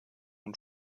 und